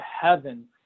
heaven